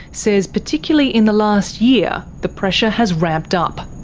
says particularly in the last year, the pressure has ramped up.